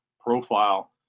profile